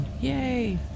Yay